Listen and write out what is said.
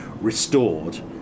restored